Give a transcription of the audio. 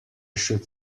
should